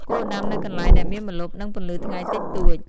គួរដាំនៅកន្លែងដែលមានម្លប់ និងពន្លឺថ្ងៃតិចតួច។